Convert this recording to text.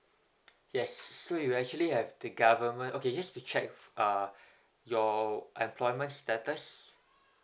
yes so you actually have the government okay just to check uh your employment status